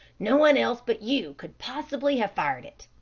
no one else but you could possibly have fired it.